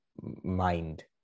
mind